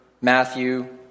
Matthew